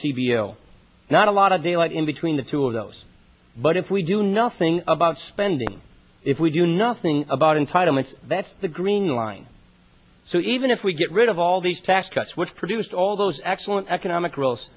cvo not a lot of daylight in between the two of those but if we do nothing about spending if we do nothing about entitlements that's the green line so even if we get rid of all these tax cuts which produced all those excellent economic